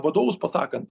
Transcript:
vadovus pasakant